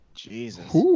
Jesus